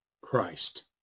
Christ